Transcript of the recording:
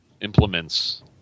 implements